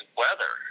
weather